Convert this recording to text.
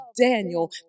Daniel